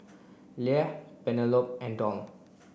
Leah Penelope and Doll